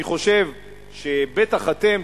אני חושב שבטח אתם,